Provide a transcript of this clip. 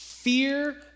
Fear